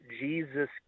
Jesus